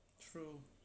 true